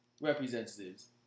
representatives